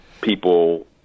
people